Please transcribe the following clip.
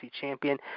champion